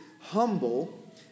humble